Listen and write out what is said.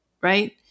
Right